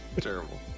Terrible